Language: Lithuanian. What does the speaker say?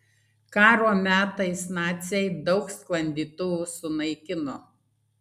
karo metais naciai daug sklandytuvų sunaikino